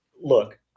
look